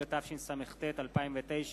11), התשס”ט 2009,